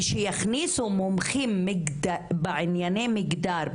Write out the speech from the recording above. כשיכניסו מומחים בענייני מגדר,